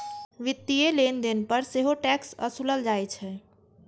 वित्तीय लेनदेन पर सेहो टैक्स ओसूलल जाइ छै